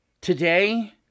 today